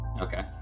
Okay